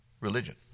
religion